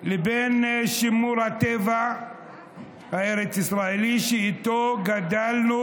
מול שימור הטבע הארץ-ישראלי שאיתו גדלנו